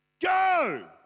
Go